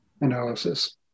Analysis